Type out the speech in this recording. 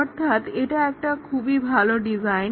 অর্থাৎ এটা একটা খুবই ভালো ডিজাইন